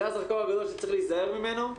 זה הזרקור הגדול שצריך להיזהר ממנו.